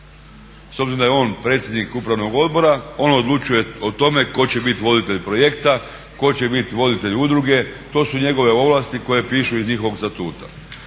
S obzirom da je on predsjednik Upravnog odbora on odlučuje o tome tko će biti voditelj projekta, tko će biti voditelj udruge. To su njegove ovlasti koje pišu iz njihovog statuta.